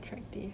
attractive